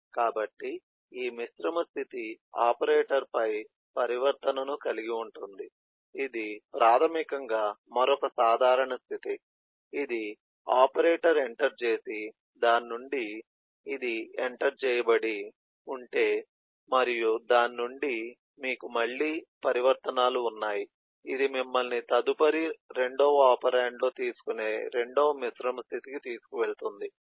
కాబట్టి ఈ మిశ్రమ స్థితి ఆపరేటర్పై పరివర్తనను కలిగి ఉంటుంది ఇది ప్రాథమికంగా మరొక సాధారణ స్థితి ఇది ఆపరేటర్ ఎంటర్ చేసి దాని నుండి ఇది ఎంటర్ చేయబడి ఉంటే మరియు దాని నుండి మీకు మళ్ళీ పరివర్తనాలు ఉన్నాయి ఇది మిమ్మల్ని తదుపరి రెండవ ఒపెరాండ్లో తీసుకునే రెండవ మిశ్రమ స్థితికి తీసుకెళుతుంది